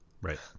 Right